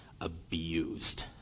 abused